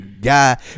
guy